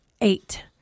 eight